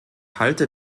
halte